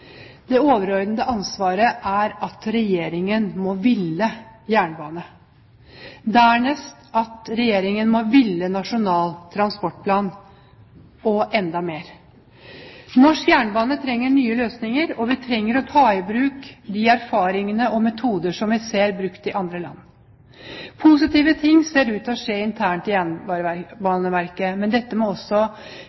Det overordnede svaret er at Regjeringen må ville jernbane, dernest at Regjeringen må ville Nasjonal transportplan – og enda mer: Norsk jernbane trenger nye løsninger, og vi trenger å ta i bruk de erfaringer og metoder som vi ser brukt i andre land. Positive ting ser ut til å skje internt i